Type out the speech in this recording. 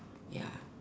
ya